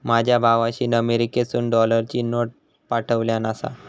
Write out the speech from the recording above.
माझ्या भावाशीन अमेरिकेतसून डॉलरची नोट पाठवल्यान आसा